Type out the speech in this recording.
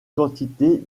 quantité